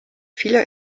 vieler